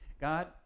God